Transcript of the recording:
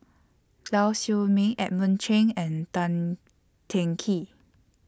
Lau Siew Mei Edmund Cheng and Tan Teng Kee